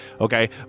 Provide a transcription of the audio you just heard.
Okay